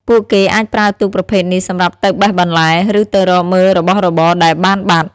ពួកគេអាចប្រើទូកប្រភេទនេះសម្រាប់ទៅបេះបន្លែ ឬទៅរកមើលរបស់របរដែលបានបាត់។